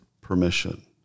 permission